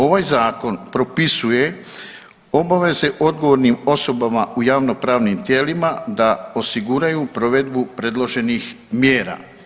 Ovaj zakon propisuje obaveze odgovornim osobama u javno pravnim tijelima da osiguraju provedbu predloženih mjera.